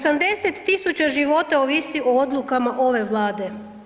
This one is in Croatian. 80 000 života ovisiti o odlukama ove Vlade.